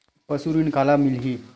पशु ऋण काला मिलही?